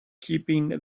keeping